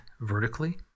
vertically